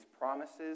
promises